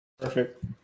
Perfect